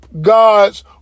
God's